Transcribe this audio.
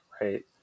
right